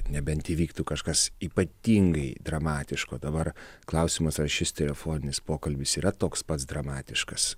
nebent įvyktų kažkas ypatingai dramatiško dabar klausimas ar šis telefoninis pokalbis yra toks pats dramatiškas